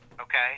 okay